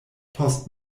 post